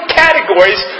categories